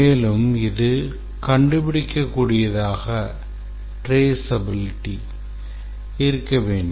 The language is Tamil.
மேலும் இது கண்டுபிடிக்கக்கூடியதாக இருக்க வேண்டும்